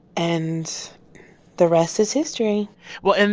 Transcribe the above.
and the rest is history well, and